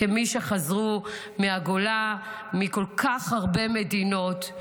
כמי שחזרו מהגולה מכל כך הרבה מדינות.